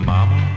Mama